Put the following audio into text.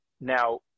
Now